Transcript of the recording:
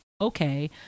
okay